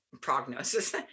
prognosis